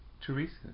Teresa